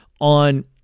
on